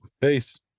Peace